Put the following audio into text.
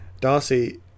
Darcy